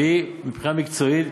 והיא מבחינה מקצועית,